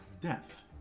death